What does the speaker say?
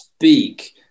speak